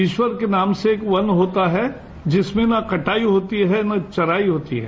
ईश्वर के नाम से एक वन होता है जिसमें न कटाई होती है न चराई होती है